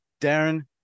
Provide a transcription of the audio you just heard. Darren